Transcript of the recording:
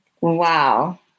Wow